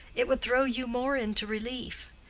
it would throw you more into relief.